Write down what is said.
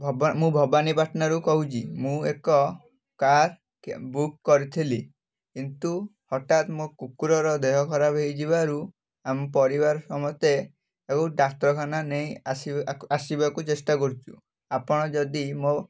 ଭବା ମୁଁ ଭବାନୀପାଟଣାରୁ କହୁଛି ମୁଁ ଏକ କାର୍ ବୁକ୍ କରିଥିଲି କିନ୍ତୁ ହଠାତ୍ ମୋ କୁକୁରର ଦେହ ଖରାପ ହେଇଯିବାରୁ ଆମ ପରିବାର ସମସ୍ତେ ତାକୁ ଡାକ୍ତରଖାନା ନେଇ ଆସି ଆସିବାକୁ ଚେଷ୍ଟା କରିଛୁ ଆପଣ ଯଦି ମୋ